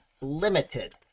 limited